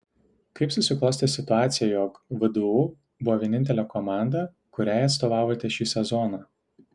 kaip susiklostė situacija jog vdu buvo vienintelė komanda kuriai atstovavote šį sezoną